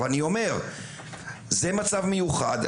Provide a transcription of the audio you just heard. אבל זה מצב מיוחד,